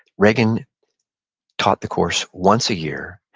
regan taught the course once a year,